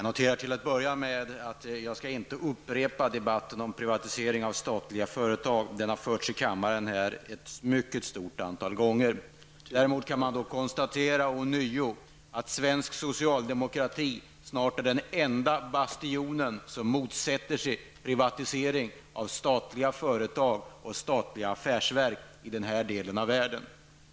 Herr talman! Jag skall inte upprepa debatten om privatisering av statliga företag; den har förts här i kammaren ett mycket stort antal gånger. Däremot kan jag ånyo konstatera att svensk socialdemokrati snart är den enda bastion som motsätter sig privatisering av statliga företag och statliga affärsverk i den här delen av världen.